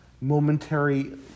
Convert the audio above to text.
momentary